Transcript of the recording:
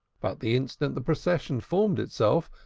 but the instant the procession formed itself,